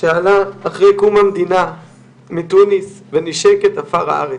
שעלה אחרי קום המדינה מטוניס ונישק את עפר הארץ.